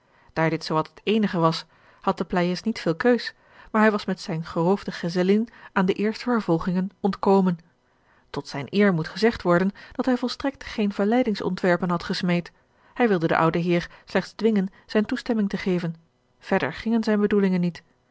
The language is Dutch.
daar dit zoowat het eenige was had de pleyes niet veel keus maar hij was met zijne geroofde gezellin aan de eerste vervolgingen ontkomen tot zijne eer moet gezegd worden dat hij volstrekt geene verleidingsontwerpen had gesmeed hij wilde den ouden heer slechts dwingen zijne toestemming te geven verder gingen zijne bedoelingen niet